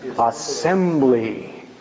Assembly